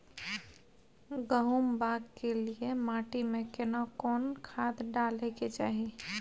गहुम बाग के लिये माटी मे केना कोन खाद डालै के चाही?